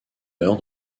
heure